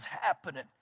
happening